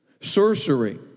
Sorcery